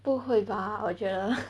不会吧我觉得